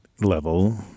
level